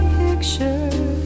picture